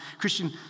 Christian